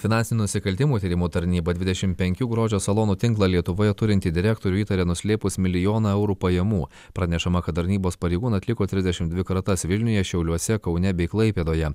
finansinių nusikaltimų tyrimų tarnyba dvidešim penkių grožio salonų tinklą lietuvoje turintį direktorių įtaria nuslėpus milijoną eurų pajamų pranešama kad tarnybos pareigūnai atliko trisdešim dvi kratas vilniuje šiauliuose kaune bei klaipėdoje